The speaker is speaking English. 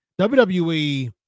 WWE